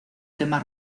temas